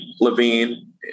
Levine